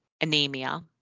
anemia